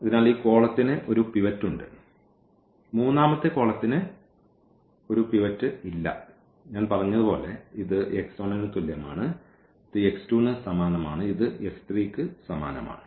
അതിനാൽ ഈ കോളത്തിന് ഒരു പിവറ്റ് ഉണ്ട് മൂന്നാമത്തെ കോളത്തിന് ഒരു പിവറ്റ് ഇല്ല ഞാൻ പറഞ്ഞതുപോലെ ഇത് ന് തുല്യമാണ് ഇത് ന് സമാനമാണ് ഇത് ന് സമാനമാണ്